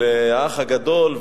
של "האח הגדול",